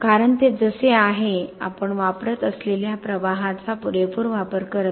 कारण ते जसे आहे आपण वापरत असलेल्या प्रवाहाचा पुरेपूर वापर करत नाही